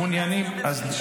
כן, לוועדת הכספים.